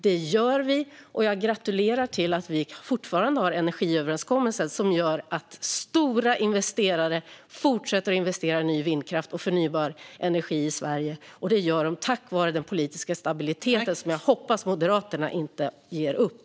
Det gör vi, och jag gratulerar till att vi fortfarande har energiöverenskommelsen som gör att stora investerare fortsätter investera i ny vindkraft och förnybar energi i Sverige. Det gör de tack vare den politiska stabiliteten, som jag hoppas att Moderaterna inte ger upp.